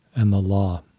and the law.